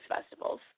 festivals